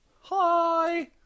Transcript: Hi